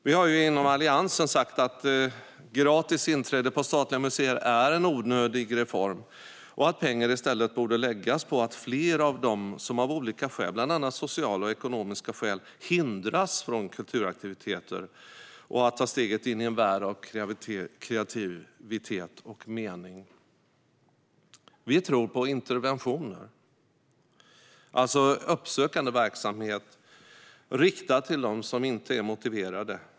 Vi har inom Alliansen sagt att gratis inträde till statliga museer är en onödig reform och att pengar i stället borde läggas på att få fler av dem som av olika orsaker, bland annat sociala och ekonomiska, hindras från kulturaktiviteter att ta steget in i en värld av kreativitet och mening. Vi tror på interventioner, alltså uppsökande verksamhet riktad till dem som inte är motiverade.